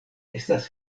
estas